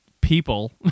people